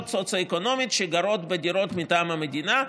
סוציו-אקונומית שגרות בדירות מטעם המדינה.